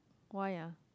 why ah